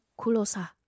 Kulosa